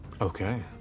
Okay